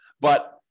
But-